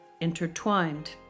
intertwined